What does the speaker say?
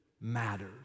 matters